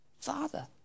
father